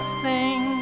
sing